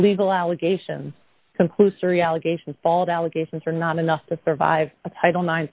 legal allegations conclusory allegations bald allegations are not enough to survive a title nine